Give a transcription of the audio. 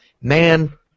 man